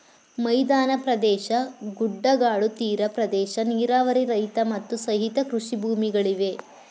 ಮೈದಾನ ಪ್ರದೇಶ, ಗುಡ್ಡಗಾಡು, ತೀರ ಪ್ರದೇಶ, ನೀರಾವರಿ ರಹಿತ, ಮತ್ತು ಸಹಿತ ಕೃಷಿ ಭೂಮಿಗಳಿವೆ